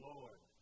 Lord